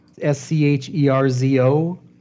S-C-H-E-R-Z-O